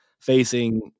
facing